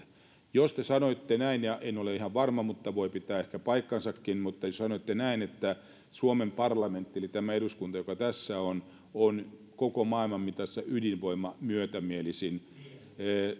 jos te sanoitte näin en ole ihan varma mutta voi pitää ehkä paikkansakin mutta jos sanoitte näin että suomen parlamentti eli tämä eduskunta joka tässä on on koko maailman mitassa ydinvoimamyötämielisin niin